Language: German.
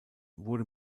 wurde